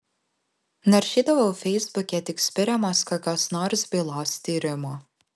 naršydavau feisbuke tik spiriamas kokios nors bylos tyrimo